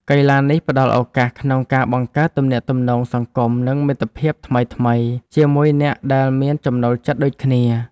កីឡានេះផ្ដល់ឱកាសក្នុងការបង្កើតទំនាក់ទំនងសង្គម និងមិត្តភាពថ្មីៗជាមួយអ្នកដែលមានចំណូលចិត្តដូចគ្នា។